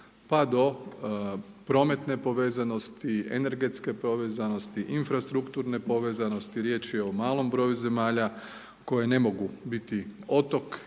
pa do prometne povezanosti, energetske povezanosti infrastrukture povezanosti, riječ je o malom broju zemalja koje ne mogu biti otok i